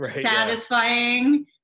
satisfying